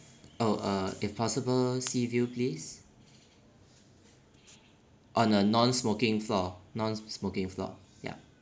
oh err if possible sea view please on a non-smoking floor non-smoking floor ya